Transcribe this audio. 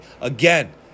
Again